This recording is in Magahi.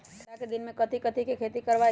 ठंडा के दिन में कथी कथी की खेती करवाई?